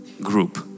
group